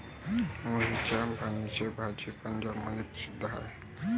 मोहरीच्या पानाची भाजी पंजाबमध्ये प्रसिद्ध आहे